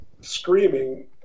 screaming